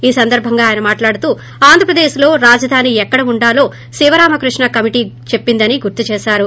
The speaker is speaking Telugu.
ఈ సందర్బంగా ఆయన మాట్లాడుతూ ఆంధ్రప్రదేశ్ లో రాజధాని ఎక్కడ ఉండాలో శివరామకృష్ణ కమిటీ చెప్పిందని గుర్తుచేశారు